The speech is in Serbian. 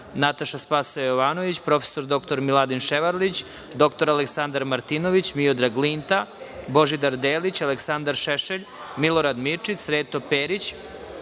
Nataša Sp. Jovanović, prof. dr Miladin Ševarlić, dr Aleksandar Martinović, Miodrag Linta, Božidar Delić, Aleksandar Šešelj, Milorad Mirčić, Sreto Perić,